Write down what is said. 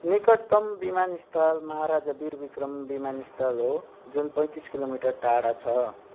निकटतम विमानस्थल महाराजा वीर विक्रम विमानस्थल हो जुन पैँतिस किलोमिटर टाढा छ